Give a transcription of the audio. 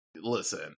listen